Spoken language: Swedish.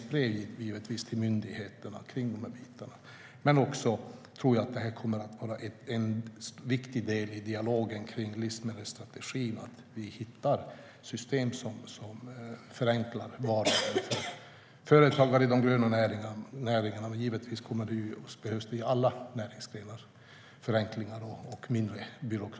Att vi hittar system som förenklar vardagen för företagare i de gröna näringarna tror jag kommer att vara en viktig del i dialogen om livsmedelsstrategin. Förenklingar och mindre byråkrati behövs givetvis i alla näringsgrenar.